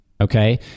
Okay